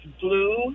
blue